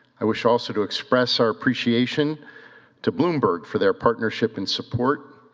i wish also to express our appreciation to bloomberg for their partnership and support,